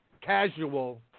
casual